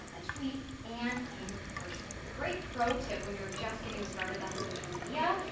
a tweet and in person. a great pro tip when you're just getting started on social media,